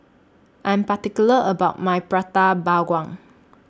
I Am particular about My Prata Bawang